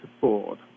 Board